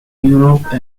europe